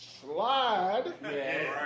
slide